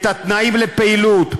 את התנאים לפעילות,